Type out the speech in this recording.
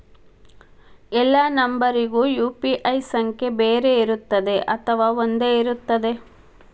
ಎಲ್ಲಾ ನಂಬರಿಗೂ ಯು.ಪಿ.ಐ ಸಂಖ್ಯೆ ಬೇರೆ ಇರುತ್ತದೆ ಅಥವಾ ಒಂದೇ ಇರುತ್ತದೆ?